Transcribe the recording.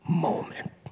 moment